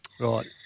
Right